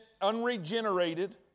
unregenerated